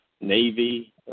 Navy